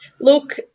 Look